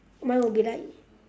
mine would be like